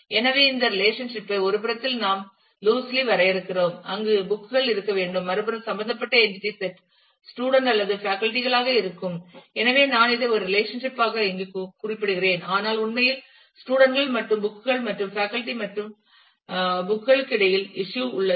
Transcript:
எனவே இந்த ரெலேஷன்ஷிப் ஐ ஒரு புறத்தில் நாம் லுசிலி வரையறுக்கிறோம் அங்கு புக் கள் இருக்க வேண்டும் மறுபுறம் சம்பந்தப்பட்ட என்டிடி செட் ஸ்டூடண்ட் அல்லது பேக்கல்டி களாக இருக்கும் எனவே நான் இதை ஒரு ரெலேஷன்ஷிப் ஆக இங்கு குறிப்பிடுகிறேன் ஆனால் உண்மையில் ஸ்டூடண்ட் கள் மற்றும் புக் கள் மற்றும் பேக்கல்டி மற்றும் புபுக் களுக்கு இடையில் இஸ்யூ உள்ளது